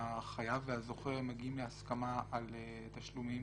כשהחייב והזוכה מגיעים להסכמה על תשלומים,